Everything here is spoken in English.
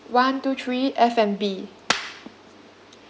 one two three F&B